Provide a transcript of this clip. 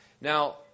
Now